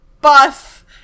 bus